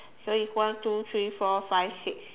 so it's one two three four five six